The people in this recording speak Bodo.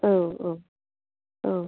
औ औ औ